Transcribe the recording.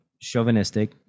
chauvinistic